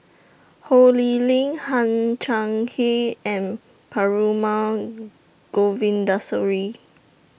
Ho Lee Ling Hang Chang He and Perumal Govindaswamy